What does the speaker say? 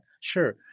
sure